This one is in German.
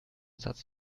satz